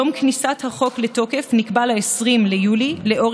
יום כניסת החוק לתוקף נקבע ל-20 ביולי לאור